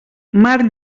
mar